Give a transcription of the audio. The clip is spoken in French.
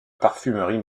parfumerie